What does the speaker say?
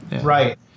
right